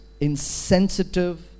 insensitive